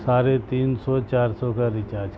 سارھے تین سو چار سو کا ریچارج کرتا ہے